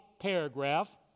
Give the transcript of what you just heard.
paragraph